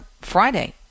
Friday